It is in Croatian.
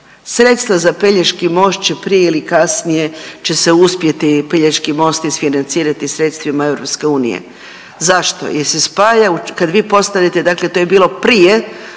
Sredstva za pelješki most će prije ili kasnije će se uspjeti pelješki most isfinancirati sredstvima EU. Zašto? Jer se spaja, kad vi postanete, dakle to je bilo prije